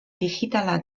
digitala